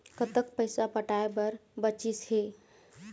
कतक पैसा पटाए बर बचीस हे?